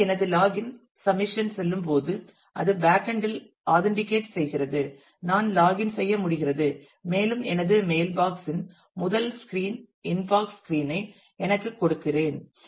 எனவே எனது login submission செல்லும் போது அது பேக் அண்ட் இல் ஆதன்டிகேட் செய்கிறது நான் லாகின் செய்ய முடிகிறது மேலும் எனது மெயில் பாக்ஸ்இன் முதல் ஸ்க்ரீன் இன்பாக்ஸ் ஸ்க்ரீன் ஐ எனக்குக் கொடுக்கிறேன்